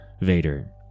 Vader